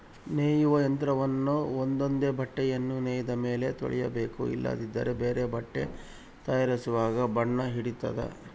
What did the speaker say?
ನೇಯುವ ಯಂತ್ರವನ್ನ ಒಂದೊಂದೇ ಬಟ್ಟೆಯನ್ನು ನೇಯ್ದ ಮೇಲೆ ತೊಳಿಬೇಕು ಇಲ್ಲದಿದ್ದರೆ ಬೇರೆ ಬಟ್ಟೆ ತಯಾರಿಸುವಾಗ ಬಣ್ಣ ಹಿಡಿತತೆ